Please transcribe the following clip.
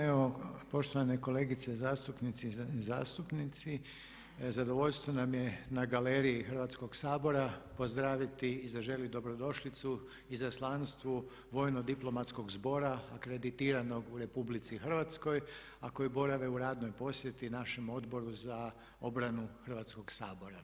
Evo, poštovane kolegice zastupnice i zastupnici, zadovoljstvo nam je na galeriji Hrvatskog sabora pozdraviti i zaželjeti dobrodošlicu Izaslanstvu Vojno-diplomatskog zbora akreditiranog u RH a koji borave u radnoj posjeti našem Odboru za obranu Hrvatskoga sabora.